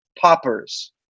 Poppers